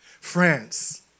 France